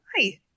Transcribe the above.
Hi